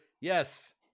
Yes